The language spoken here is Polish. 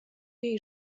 jej